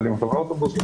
מעלים אותם לאוטובוסים,